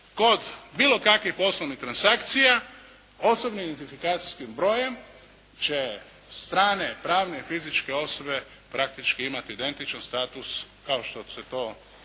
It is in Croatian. kod bilo kakvih poslovnih transakcija osobnim identifikacijskim brojem će strane pravne i fizičke osobe praktički imati identičan status kao što se to